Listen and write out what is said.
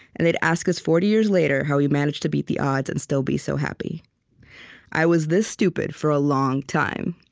and they'd ask us forty years later how we managed to beat the odds and still be so happy i was this stupid for a long time.